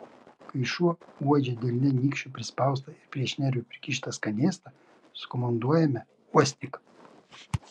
kai šuo uodžia delne nykščiu prispaustą ir prie šnervių prikištą skanėstą sukomanduojame uostyk